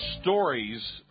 stories